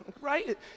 right